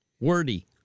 Wordy